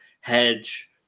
hedge